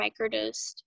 microdosed